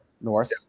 North